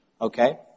okay